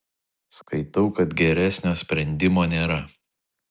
skaitau kad geresnio sprendimo nėra